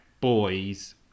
boys